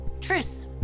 Truce